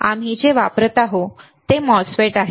आम्ही जे वापरत आहोत ते MOSFETs आहेत